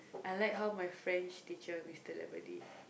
I like how my French teacher mister